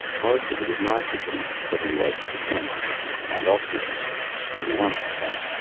most of it is nitrogen seventy eight percent and oxygen twenty one percent.